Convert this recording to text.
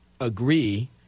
agree